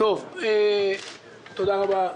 תודה רבה.